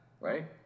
Right